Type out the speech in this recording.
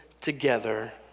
together